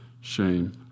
shame